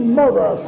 mother